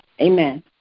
Amen